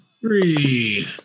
three